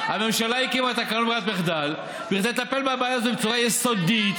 הממשלה הקימה קרנות ברירת מחדל כדי לטפל בבעיה הזאת בצורה יסודית,